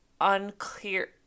unclear